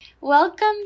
Welcome